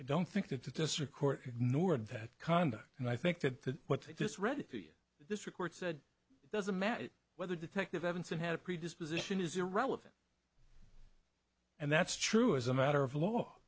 i don't think that the district court nor that conduct and i think that what this read this report said it doesn't matter whether detective evanson had a predisposition is irrelevant and that's true as a matter of law